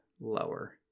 Lower